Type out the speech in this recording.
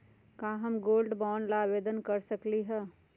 का हम gold bond ला आवेदन कर सकली ह?